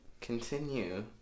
Continue